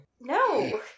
No